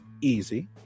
Easy